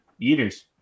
eaters